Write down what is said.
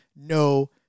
no